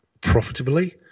profitably